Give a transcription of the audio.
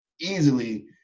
easily